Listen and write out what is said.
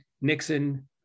Nixon